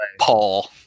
Paul